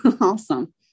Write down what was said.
awesome